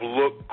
look